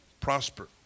prosper